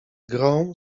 grą